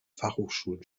fachhochschulen